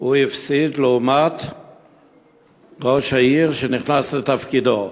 הוא הפסיד לראש העיר שנכנס לתפקידו.